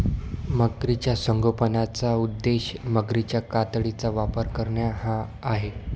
मगरीच्या संगोपनाचा उद्देश मगरीच्या कातडीचा व्यापार करणे हा आहे